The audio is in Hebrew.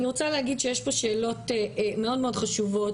אני רוצה להגיד שיש פה שאלות מאוד מאוד חשובות,